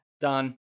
Done